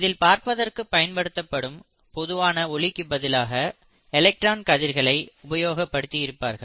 இதில் பார்ப்பதற்கு பயன்படுத்தப்படும் பொதுவான ஒளிக்கு பதிலாக எலெக்ட்ரான் கதிர்களை உபயோகப் படுத்தி இருப்பார்கள்